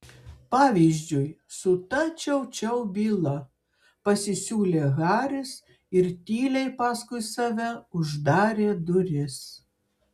pavyzdžiui su ta čiau čiau byla pasisiūlė haris ir tyliai paskui save uždarė duris